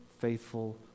faithful